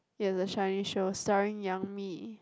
he has a Chinese show starring Yang-Mi